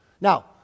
Now